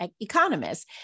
economists